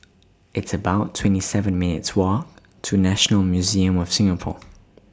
It's about twenty seven minutes' Walk to National Museum of Singapore